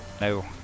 No